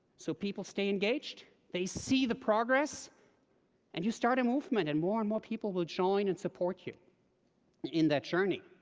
so people stay engaged they see the progress and you start a movement, and more and more people will join and support you in that journey.